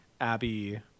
abby